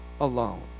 alone